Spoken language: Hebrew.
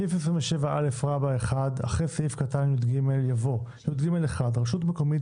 בסעיף 27א1 (א) אחרי סעיף קטן (יג) יבוא: "(יג1) רשות מקומית